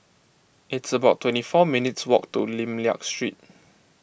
it's about twenty four minutes walk to Lim Liak Street